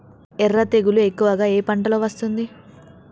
ఎర్ర తెగులు ఎక్కువగా ఏ పంటలో వస్తుంది?